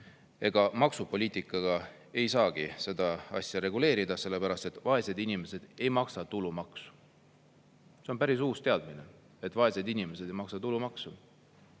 ega maksupoliitikaga ei saagi seda asja reguleerida, sellepärast et vaesed inimesed ei maksa tulumaksu. See on päris uus teadmine, et vaesed inimesed ei maksa tulumaksu.